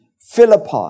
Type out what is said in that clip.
Philippi